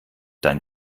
dein